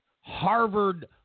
Harvard